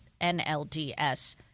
NLDS